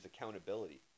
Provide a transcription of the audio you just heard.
accountability